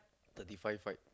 thirty five fight